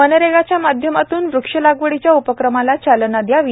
मनरेगाच्या माध्यमातून वृक्ष लागवडीच्या उपक्रमाला चालना द्यावी